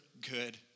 good